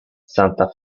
santa